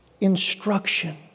instruction